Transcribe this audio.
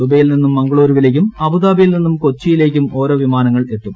ദുബൈയിൽ നിന്നും മംഗളൂരുവിലേയ്ക്കും അബുദാബിയിൽ നിന്നും കൊച്ചിയിലേയ്ക്കും ഓരോ വിമാനങ്ങൾ എത്തും